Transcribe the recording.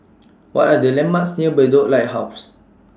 What Are The landmarks near Bedok Lighthouse